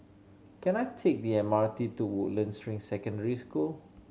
can I take the M R T to Woodlands Ring Secondary School